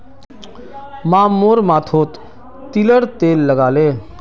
माँ मोर माथोत तिलर तेल लगाले